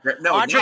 no